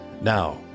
Now